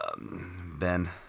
Ben